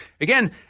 again –